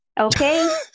Okay